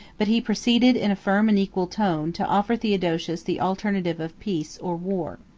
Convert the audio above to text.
but he proceeded, in a firm and equal tone, to offer theodosius the alternative of peace, or war.